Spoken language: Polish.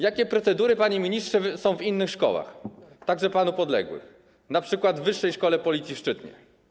Jakie procedury, panie ministrze, są w innych szkołach, także panu podległych, np. w Wyższej Szkole Policji w Szczytnie?